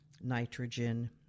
nitrogen